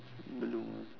belum